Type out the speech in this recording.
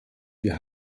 wir